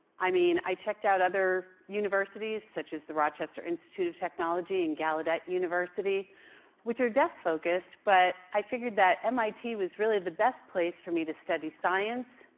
i mean, i checked out other universities such as the rochester institute of technology and gallaudet university which are deaf focused. but i figured that mit was really the best place for me to study science,